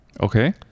Okay